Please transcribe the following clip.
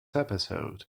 episode